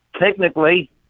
technically